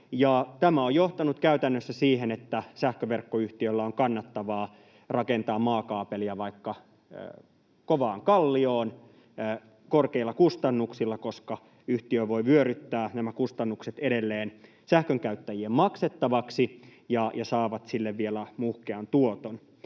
Tämä on johtanut käytännössä siihen, että sähköverkkoyhtiölle on kannattavaa rakentaa maakaapelia vaikka kovaan kallioon korkeilla kustannuksilla, koska yhtiö voi vyöryttää nämä kustannukset edelleen sähkön käyttäjien maksettavaksi ja saa sille vielä muhkean tuoton.